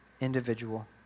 individual